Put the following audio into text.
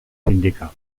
sindicals